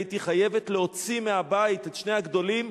הייתי חייבת להוציא מהבית את שני הגדולים,